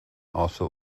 also